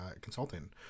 consulting